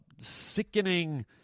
sickening